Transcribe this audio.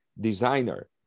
designer